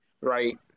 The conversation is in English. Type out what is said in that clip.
right